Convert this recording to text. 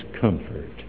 comfort